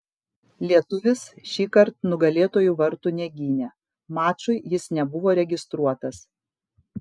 lietuvis šįkart nugalėtojų vartų negynė mačui jis nebuvo registruotas